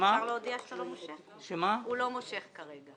שהוא לא מושך כרגע.